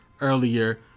earlier